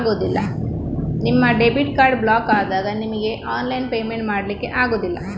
ನಿಮ್ಮ debit card block ಆದಾಗ ನಿಮಿಗೆ ಆನ್ಲೈನ್ ಪೇಮೆಂಟ್ ಮಾಡ್ಲಿಕ್ಕೆ ಆಗುದಿಲ್ಲ